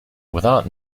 without